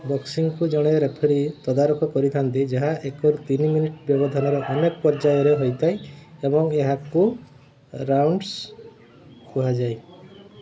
ବକ୍ସିଂକୁ ଜଣେ ରେଫରି ତଦାରଖ କରିଥାନ୍ତି ଯାହା ଏକରୁ ତିନି ମିନିଟ୍ ବ୍ୟବଧାନରେ ଅନେକ ପର୍ଯ୍ୟାୟରେ ହେଇଥାଏ ଏବଂ ଏହାକୁ ରାଉଣ୍ଡସ୍ କୁହାଯାଏ